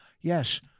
yes